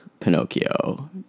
Pinocchio